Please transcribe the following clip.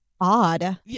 Odd